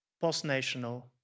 post-national